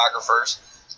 photographers